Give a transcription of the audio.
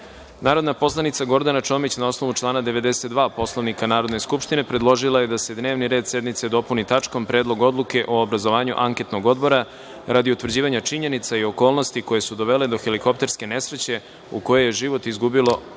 predlog. Narodna poslanica Gordana Čomić, na osnovu člana 92. Poslovnika Narodne skupštine, predložila je da se dnevni red sednice dopuni tačkom Predlog odluke o obrazovanju anketnog odbora radi utvrđivanja činjenica i okolnosti koje su dovele do helikopterske nesreće u kojoj je život izgubilo sedam